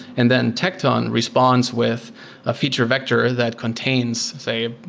and then tecton responds with a feature vector that contains, say,